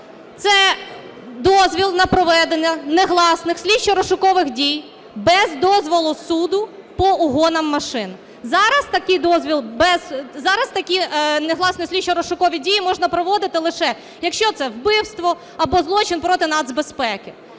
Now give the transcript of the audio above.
це дозвіл на проведення негласних слідчо-розшукових дій без дозволу суду по угонам машин. Зараз такі негласні слідчо-розшукові дії можна проводити лише, якщо це вбивство або злочин проти нацбезпеки.